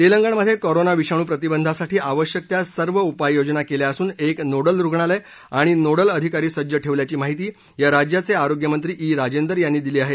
तेलंगणमध्ये कॉरोना विषाणू प्रतिबंधासाठी आवश्यक त्या सर्व उपाययोजना केल्या असून एक नोडल रुग्णालय आणि नोडल अधिकारी सज्ज ठेवल्याची माहिती या राज्याचे आरोग्यमंत्री ई राजेंदर यांनी दिली आहे